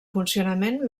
funcionament